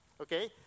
Okay